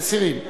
מסירים.